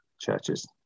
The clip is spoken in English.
churches